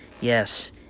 Yes